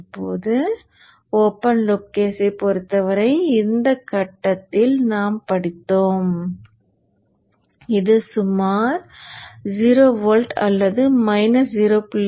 இப்போது open loop கேஸைப் பொறுத்தவரை இந்த கட்டத்தில் நாம் படித்தோம் இது சுமார் 0 வோல்ட் அல்லது மைனஸ் 0